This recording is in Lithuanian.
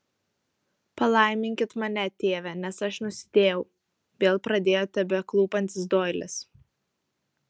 palaiminkit mane tėve nes aš nusidėjau vėl pradėjo tebeklūpantis doilis